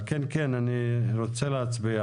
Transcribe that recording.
על כן אני רוצה להצביע